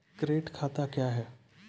Current खाता क्या हैं?